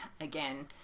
again